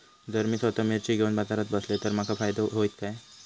जर मी स्वतः मिर्ची घेवून बाजारात बसलय तर माका फायदो होयत काय?